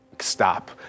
Stop